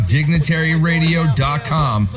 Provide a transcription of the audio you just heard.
DignitaryRadio.com